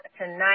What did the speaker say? tonight